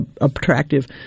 attractive